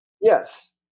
Yes